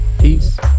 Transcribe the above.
Peace